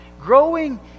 growing